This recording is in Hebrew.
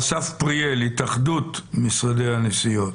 פריאל, התאחדות משרדי הנסיעות,